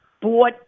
bought